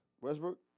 Westbrook